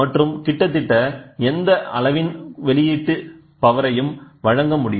மற்றும் கிட்டத்தட்ட எந்த அளவின் வெளியீட்டு பவரையும் வழங்க முடியும்